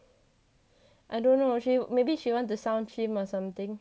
I don't know maybe she wanted to sound chim or something